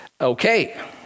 okay